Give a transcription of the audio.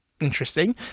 Interesting